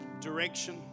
direction